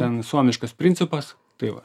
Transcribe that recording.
ten suomiškas principas tai va